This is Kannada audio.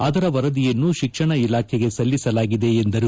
ಅದರ ವರದಿಯನ್ನು ಶಿಕ್ಷಣ ಇಲಾಖೆಗೆ ಸಲ್ಲಿಸಲಾಗಿದೆ ಎಂದರು